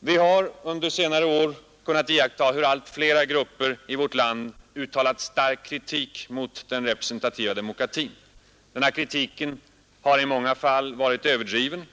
Vi har under senare år kunnat iakttaga hur allt flera grupper i vårt land uttalat stark kritik mot den representativa demokratin. Denna kritik har i många fall varit överdriven,